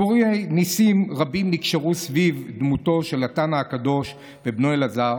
סיפורי ניסים רבים נקשרו סביב דמותו של התנא הקדוש ובנו אלעזר,